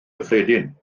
gyffredin